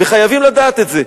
וחייבים לדעת את זה.